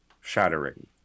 shattering